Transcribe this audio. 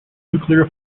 nuclear